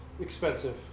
Expensive